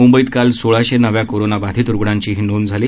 मुंबईत काल सोळाशे नव्या कोरोनाबाधित रुग्णांचीही नोंद झाली